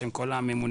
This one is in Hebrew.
בשם כל הממונים,